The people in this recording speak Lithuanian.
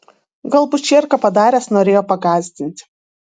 galbūt čierką padaręs norėjo pagąsdinti